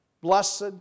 Blessed